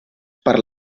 per